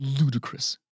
ludicrous